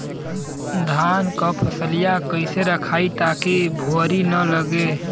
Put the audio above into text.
धान क फसलिया कईसे रखाई ताकि भुवरी न लगे?